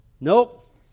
Nope